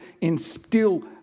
instill